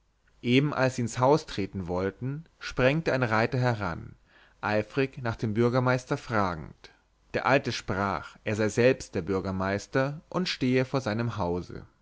eben als sie ins haus treten wollten sprengte ein reiter heran eifrig nach dem bürgermeister fragend der alte sprach er sei selbst der bürgermeister und stehe vor seinem hause